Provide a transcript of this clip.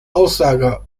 aussage